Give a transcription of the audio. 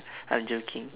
I'm joking